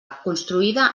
construïda